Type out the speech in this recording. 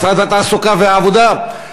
משרד התעסוקה והעבודה.